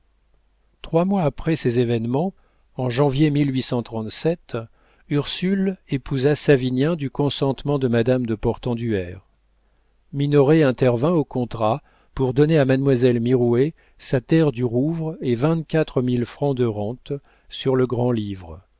trois mois après ces événements en janvier ursule épousa savinien du consentement de madame de portenduère minoret intervint au contrat pour donner à mademoiselle mirouët sa terre du rouvre et vingt-quatre mille francs de rente sur le grand-livre